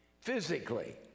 physically